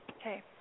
Okay